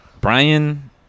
Brian